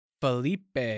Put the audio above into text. Felipe